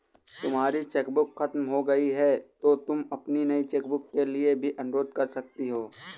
तुम्हारी चेकबुक खत्म हो गई तो तुम नई चेकबुक के लिए भी अनुरोध कर सकती हो